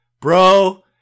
bro